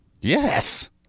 Yes